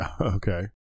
Okay